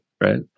right